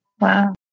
Wow